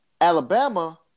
Alabama